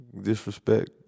Disrespect